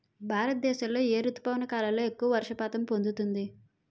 భారతదేశంలో ఏ రుతుపవన కాలం ఎక్కువ వర్షపాతం పొందుతుంది?